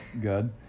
good